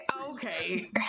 okay